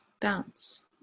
bounce